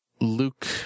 Luke